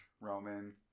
Roman